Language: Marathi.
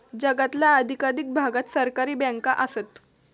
जगातल्या अधिकाधिक भागात सहकारी बँका आसत